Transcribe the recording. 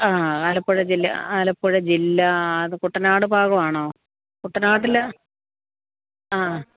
ആ ആലപ്പുഴ ജില്ല ആലപ്പുഴ ജില്ല കുട്ടനാട് ഭാഗം ആണോ കുട്ടനാട്ടിൽ ആ